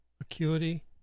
acuity